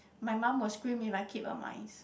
my mum will scream if I keep a mice